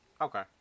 okay